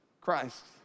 Christ